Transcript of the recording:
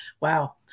Wow